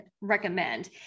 recommend